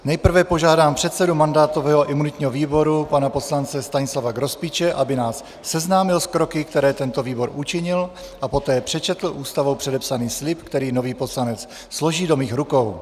Nejprve požádám předsedu mandátového a imunitního výboru pana poslance Stanislava Grospiče, aby nás seznámil s kroky, které tento výbor učinil, a poté přečetl Ústavou předepsaný slib, který nový poslanec složí do mých rukou.